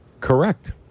Correct